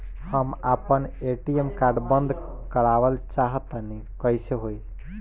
हम आपन ATM card बंद करावल चाह तनि कइसे होई?